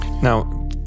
Now